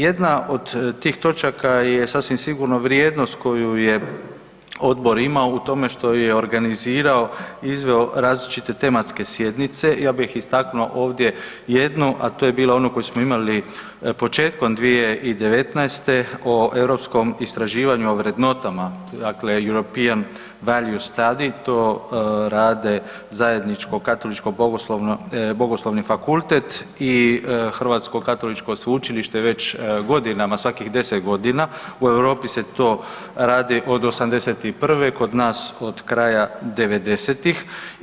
Jedna od tih točaka je sasvim sigurno vrijednost koju je odbor imao u tome što je organizirao i izveo različite tematske sjednice, ja bih istaknuo ovdje jednu, a to je bila ona koju smo imali početkom 2019., o europskom istraživanju o vrednotama, dakle „European Values Study“, to radi zajedničko Katoličko bogoslovni fakultet i Hrvatsko katoličko sveučilište već godinama, svakih 10 godina u Europi se to radi od '81. kod nas od kraja '90.-ih.